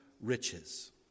riches